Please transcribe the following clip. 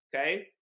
Okay